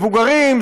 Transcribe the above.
מבוגרים,